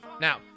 Now